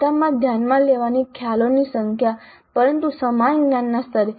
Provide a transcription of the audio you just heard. ખાતામાં ધ્યાનમાં લેવાના ખ્યાલોની સંખ્યા પરંતુ સમાન જ્ઞાનના સ્તરે